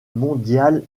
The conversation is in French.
mondial